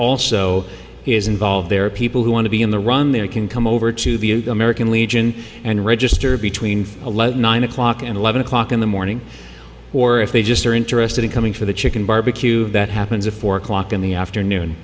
also is involved there are people who want to be in the run there can come over to the american legion and register between alleged nine o'clock and eleven o'clock in the morning or if they just are interested in coming for the chicken barbecue that happens a four o'clock in the afternoon